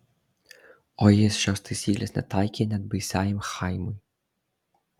o jis šios taisyklės netaikė net baisiajam chaimui